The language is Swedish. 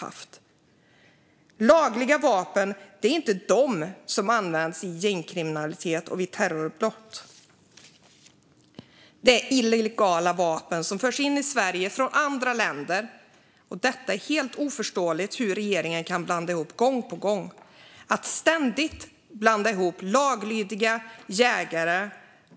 Det är inte lagliga vapen som används i gängkriminalitet eller vid terrorbrott. Det är illegala vapen som förs in i Sverige från andra länder. Det är helt oförståeligt hur regeringen kan blanda ihop detta gång på gång. Att ständigt blanda ihop laglydiga jägare